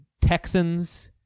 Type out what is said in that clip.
Texans